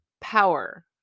power